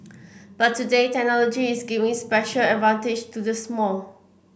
but today technology is giving special advantage to the small